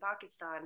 Pakistan